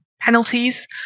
penalties